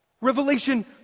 Revelation